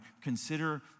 Consider